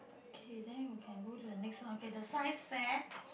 okay then you can go to the next one okay the science fair